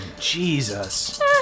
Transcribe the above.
Jesus